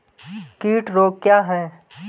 कीट रोग क्या है?